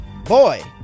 Boy